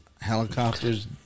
helicopters